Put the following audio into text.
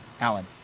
Alan